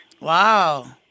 Wow